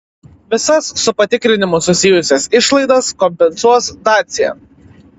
visas su patikrinimu susijusias išlaidas kompensuos dacia